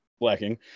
lacking